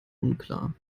unklar